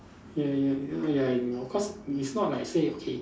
ya ya you know ya you know cause it's not like you say okay